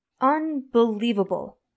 Unbelievable